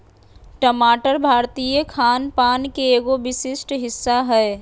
टमाटर भारतीय खान पान के एगो विशिष्ट हिस्सा हय